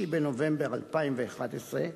6 בנובמבר 2011,